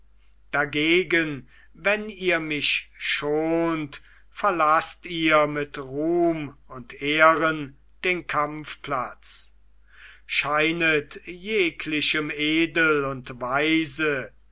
dagegen wenn ihr mich schont verlaßt ihr mit ruhm und ehren den kampfplatz scheinet jeglichem edel und weise